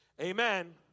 Amen